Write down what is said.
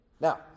Now